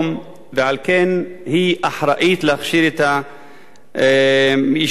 ועל כן היא אחראית להכשיר את היישובים האלה,